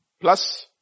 Plus